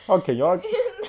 how can you all